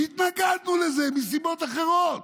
שהתנגדנו לזה,